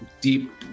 deep